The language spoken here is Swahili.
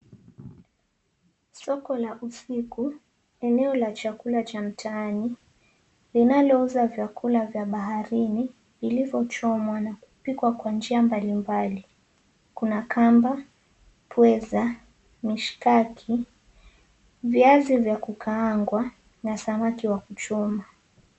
Soko la usiku. Eneo la chakula cha mtaani linalouza vyakula vya baharini vilivyochomwa na kupikwa kwa njia mbalimbali . Kuna kamba, pweza, mishikaki, viazi vya kukaangwa na samaki wa kuchoma.